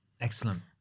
Excellent